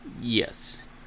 yes